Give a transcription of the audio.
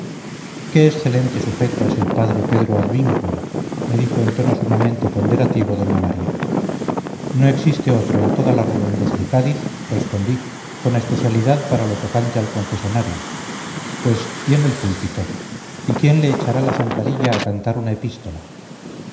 qué excelente sujeto es el padre pedro advíncula me dijo en tono sumamente ponderativo doña maría no existe otro en toda la redondez de cádiz respondí con especialidad para lo tocante al confesonario pues y en el púlpito y quién le echará la zancadilla a cantar una epístola